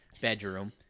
bedroom